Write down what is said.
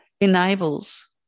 enables